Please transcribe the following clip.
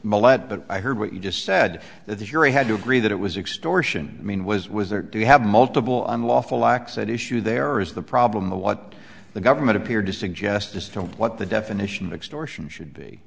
mallette but i heard what you just said that the jury had to agree that it was extortion i mean was was or do you have multiple unlawful acts at issue there or is the problem the what the government appeared to suggest as to what the definition of extortion should be